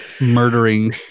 murdering